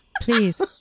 Please